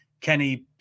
kenny